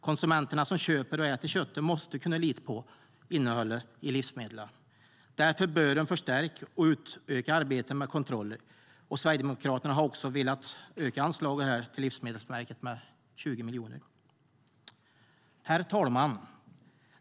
Konsumenterna som köper och äter köttet måste kunna lita på innehållet i livsmedlen. Därför bör man förstärka och utöka arbetet med kontroller. Sverigedemokraterna vill också öka anslaget till Livsmedelsverket med 20 miljoner. Herr talman!